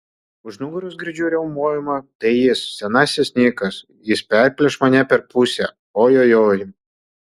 už nugaros girdžiu riaumojimą tai jis senasis nikas jis perplėš mane per pusę oi oi oi